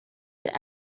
had